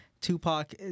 Tupac